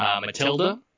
Matilda